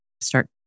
start